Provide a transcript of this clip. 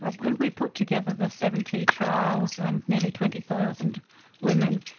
ah when we put together the seventy trials and nearly twenty thousand women,